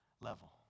level